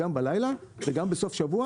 גם בלילה וגם בסוף שבוע